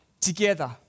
Together